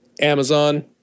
Amazon